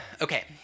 Okay